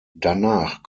danach